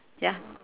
ya